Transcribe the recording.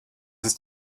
ist